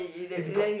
is god